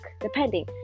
depending